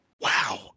Wow